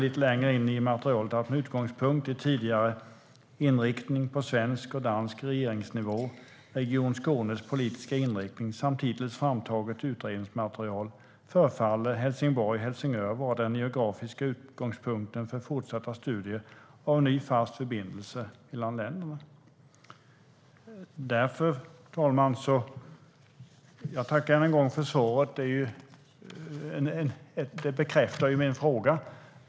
Lite längre in i materialet skriver de att "med utgångspunkt i tidigare inriktning på svensk och dansk regeringsnivå, Region Skånes politiska inriktning samt hittills framtaget utredningsmaterial förefaller Helsingborg-Helsingör vara den geografiska utgångspunkten för fortsatta studier av en ny fast förbindelse mellan länderna". Därför, fru talman, tackar jag än en gång statsrådet för svaret. Det bekräftar ju min fråga.